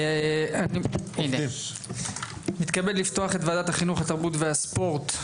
אני מתכבד לפתוח את ועדת החינוך, התרבות והספורט.